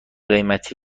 قیمتی